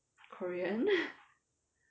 korean